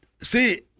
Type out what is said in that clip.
see